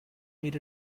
need